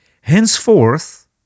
henceforth